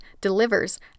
delivers